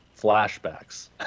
Flashbacks